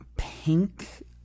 pink